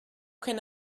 can